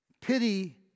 Pity